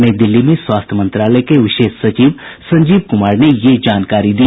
नई दिल्ली में स्वास्थ्य मंत्रालय के विशेष सचिव संजीव कुमार ने यह जानकारी दी